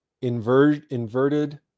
inverted